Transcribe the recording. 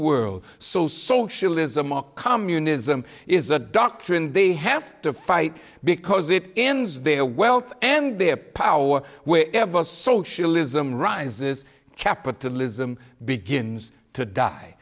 world so socialism or communism is a doctrine they have to fight because it ends their wealth and their power where ever socialism rises capitalism begins to die